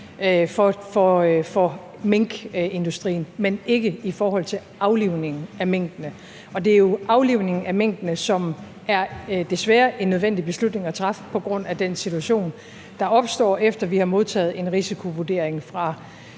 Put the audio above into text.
for minkindustrien, men ikke i forhold til aflivning af minkene. Det er jo aflivningen af minkene, som desværre er en nødvendig beslutning at træffe på grund af den situation, der opstår, efter at vi har modtaget en risikovurdering fra